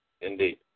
Indeed